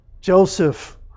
Joseph